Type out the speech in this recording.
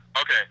Okay